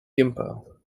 gimpo